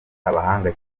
abahanga